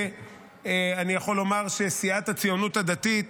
אני יכול לומר שסיעת הציונות הדתית